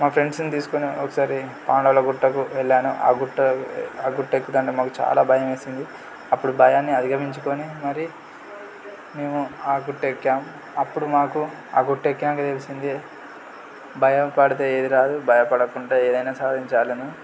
మా ఫ్రెండ్స్ని తీసుకొని ఒకసారి పాండవుల గుట్టకు వెళ్ళాను ఆ గుట్ట ఆ గుట్ట ఎక్కుతుంటే మాకు చాలా భయం వేసింది అప్పుడు భయాన్ని అధిగమించుకొని మరీ మేము ఆ గుట్ట ఎక్కాము అప్పుడు మాకు ఆ గుట్ట ఎక్కినాక తెలిసింది భయపడితే ఏదిరాదు భయపడకుండా ఏదైనా సాధించాలి అని